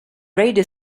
radio